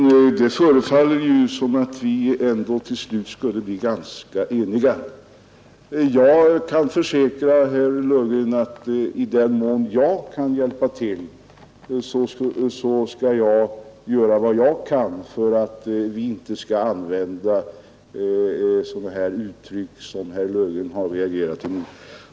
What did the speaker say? Fru talman! Det förefaller som vi ändå till slut skulle bli ganska eniga. Jag kan försäkra herr Löfgren att i den mån jag kan hjälpa till, skall jag göra vad jag kan för att vi inte skall använda sådana uttryck som herr Löfgren har reagerat mot.